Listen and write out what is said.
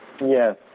Yes